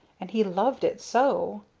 and he loved it so!